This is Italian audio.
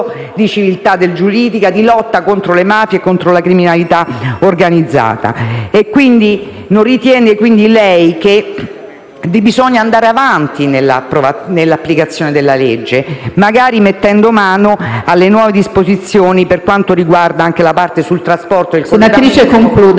di civiltà giuridica, di lotta contro le mafie e la criminalità organizzata. Non ritiene, quindi, lei, Ministro, che bisogna andare avanti nell'applicazione della legge, magari mettendo mano alle nuove disposizioni per quanto riguarda anche la parte sul trasporto e il